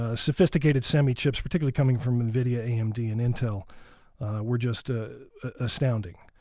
ah sophisticated semi-chips particularly coming from nvidia, amd, and intel were just ah astounding.